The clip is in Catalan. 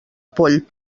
poll